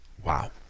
Wow